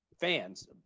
fans